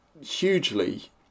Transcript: hugely